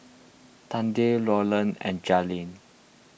Tate Roland and Jailene